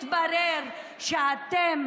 התברר שאתם